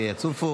ויצופו,